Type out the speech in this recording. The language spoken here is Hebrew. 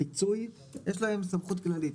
יש להם סמכות כללית.